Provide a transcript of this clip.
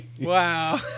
wow